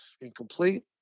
incomplete